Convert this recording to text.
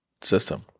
system